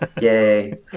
yay